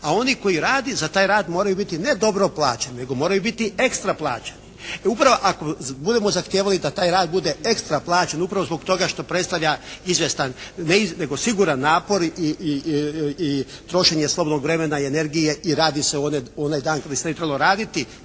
A oni koji radi, za taj rad moraju biti ne dobro plaćeni, nego moraju biti ekstra plaćeni. I upravo, ako budemo zahtijevali da taj rad bude ekstra plaćen, upravo zbog toga što predstavlja izvjestan, ne nego siguran napor i trošenje slobodnog vremena i energije i radi se o onaj dan kada se ne bi trebalo raditi,